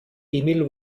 emil